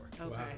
okay